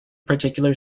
particular